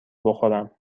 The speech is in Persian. بخورم